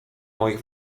moich